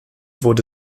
wurde